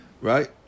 Right